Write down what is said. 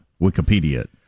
Wikipedia